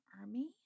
army